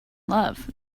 love